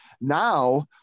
now